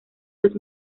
los